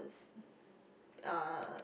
uh